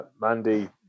Mandy